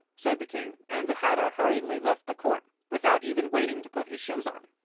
said the king and the hatter hurriedly left the court, without even waiting to put his shoes on.